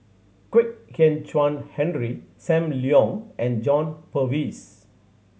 Kwek Kan Chuan Henry Sam Leong and John Purvis